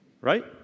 Right